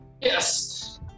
Yes